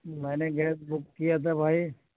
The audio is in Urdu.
میں نے گیس بک کیا تھا بھائی